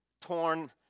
torn